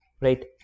right